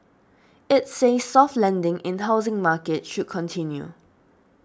it says soft landing in housing market should continue